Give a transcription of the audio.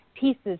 pieces